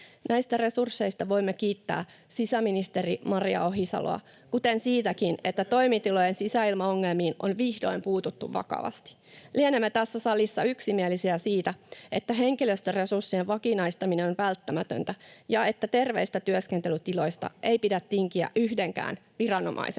Näistä resursseista voimme kiittää sisäministeri Maria Ohisaloa, kuten siitäkin, että toimitilojen sisäilmaongelmiin on vihdoin puututtu vakavasti. [Välihuutoja, naurua] — Lienemme tässä salissa yksimielisiä siitä, että henkilöstöresurssien vakinaistaminen on välttämätöntä ja että terveistä työskentelytiloista ei pidä tinkiä yhdenkään viranomaisen